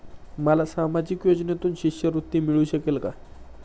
मला सामाजिक योजनेतून शिष्यवृत्ती मिळू शकेल का?